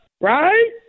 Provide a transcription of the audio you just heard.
Right